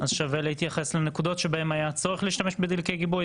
אז שווה להתייחס לנקודות שבהן היה צורך להשתמש בדלקי גיבוי.